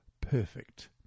perfect